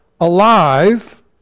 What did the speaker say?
alive